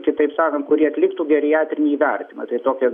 kitaip sakant kuri atliktų geriatrinį įvertimą tai tokia